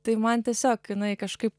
tai man tiesiog jinai kažkaip